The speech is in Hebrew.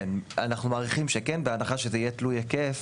כן, אנחנו מעריכים שכן, בהנחה שזה יהיה תלוי היקף.